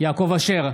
יעקב אשר,